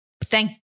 Thank